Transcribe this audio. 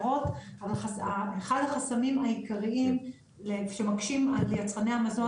אבל אחד החסמים העיקריים שמקשים על יצרני המזון